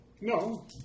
No